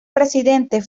presidente